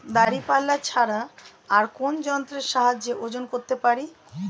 দাঁড়িপাল্লা ছাড়া আর কোন যন্ত্রের সাহায্যে ওজন করতে পারি?